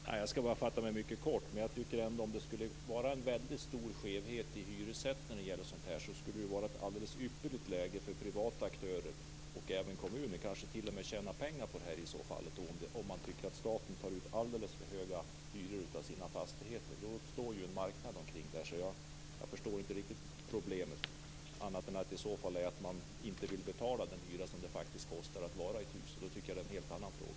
Fru talman! Jag skall fatta mig mycket kort. Om det är en väldigt stor skevhet i hyressättningen skulle det vara ett ypperligt läge för privata aktörer, och även för kommunen, att t.o.m. tjäna pengar på det här om man tycker att staten tar ut alldeles för höga hyror i sina fastigheter. Då uppstår en marknad. Jag förstår inte riktigt problemet, om det inte är så att man inte vill betala den hyra som det kostar att vara i ett hus. Men då är det en helt annan fråga.